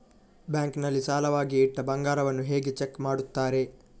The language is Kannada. ಬ್ಯಾಂಕ್ ನಲ್ಲಿ ಸಾಲವಾಗಿ ಇಟ್ಟ ಬಂಗಾರವನ್ನು ಹೇಗೆ ಚೆಕ್ ಮಾಡುತ್ತಾರೆ?